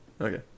okay